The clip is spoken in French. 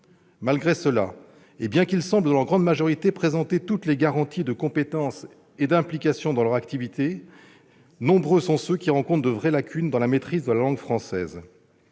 Malgré cela, et bien qu'ils semblent, dans leur grande majorité, présenter toutes les garanties de compétence et d'implication dans leur activité, nombreux sont ceux qui présentent de vraies lacunes dans la maîtrise de la langue française.